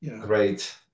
great